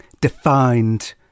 defined